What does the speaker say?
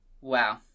Wow